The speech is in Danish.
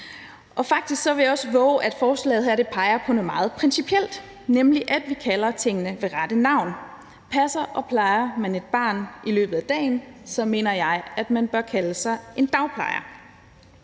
Faktisk vil jeg også vove at sige, at forslaget her peger på noget meget principielt, nemlig at vi kalder tingene ved rette navn. Passer og plejer man et barn i løbet af dagen, mener jeg, at man bør kalde sig en dagplejer.